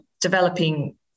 developing